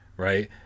Right